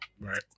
Right